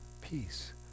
Peace